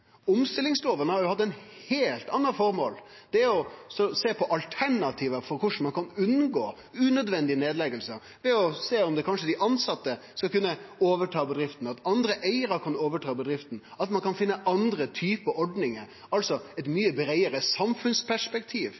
Omstillingslova har hatt eit heilt anna formål, det er å sjå på alternativa for korleis ein kan unngå unødvendige nedleggingar, sjå om kanskje dei tilsette skal kunne overta bedrifta, at andre eigarar kan overta bedrifta, at ein kan finne andre typar ordning – altså eit mykje breiare samfunnsperspektiv.